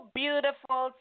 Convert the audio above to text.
beautiful